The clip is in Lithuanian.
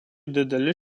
dideli